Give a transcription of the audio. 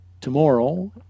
tomorrow